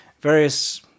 various